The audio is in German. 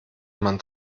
man